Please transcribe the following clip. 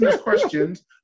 questions